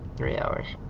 three hours.